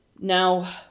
Now